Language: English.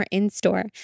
in-store